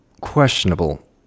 questionable